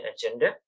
agenda